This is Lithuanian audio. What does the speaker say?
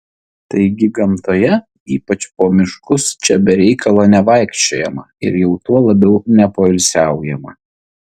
taigi gamtoje ypač po miškus čia be reikalo nevaikščiojama ir jau tuo labiau nepoilsiaujama